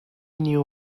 new